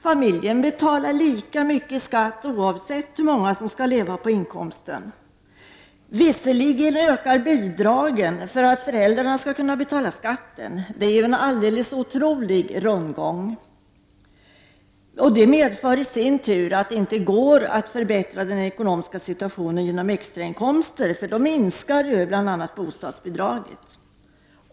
Familjer betalar lika mycket skatt oavsett hur många som skall leva på inkomsten. Visserligen höjs också bidra gen för att föräldrarna skall kunna betala skatten. Det blir en alldeles otrolig rundgång som i sin tur medför att det inte går att förbättra den ekonomiska situationen genom extrainkomster för då minskar bl.a. bostadsbidraget.